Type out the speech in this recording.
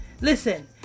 Listen